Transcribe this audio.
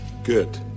Good